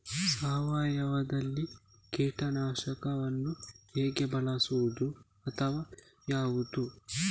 ಸಾವಯವದಲ್ಲಿ ಕೀಟನಾಶಕವನ್ನು ಹೇಗೆ ಬಳಸುವುದು ಅಥವಾ ಯಾವುದು?